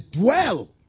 dwell